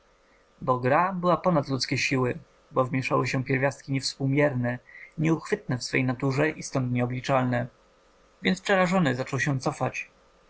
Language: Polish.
gra była ponad ludzkie siły bo wmieszały się pierwiastki niewspółmierne nieuchwytne w swej naturze i stąd nieobliczalne więc przerażony zaczął się cofać